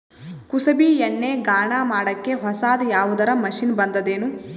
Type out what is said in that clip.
ಕುಸುಬಿ ಎಣ್ಣೆ ಗಾಣಾ ಮಾಡಕ್ಕೆ ಹೊಸಾದ ಯಾವುದರ ಮಷಿನ್ ಬಂದದೆನು?